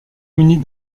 munies